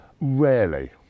Rarely